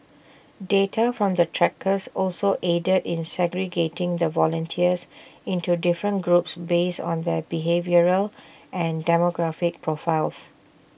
data from the trackers also aided in segregating the volunteers into different groups based on their behavioural and demographic profiles